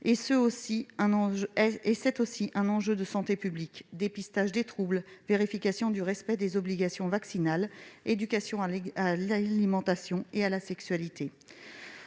C'est aussi un enjeu de santé publique : dépistage des troubles, vérification du respect des obligations vaccinales, éducation à l'alimentation et à la sexualité.